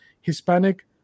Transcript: Hispanic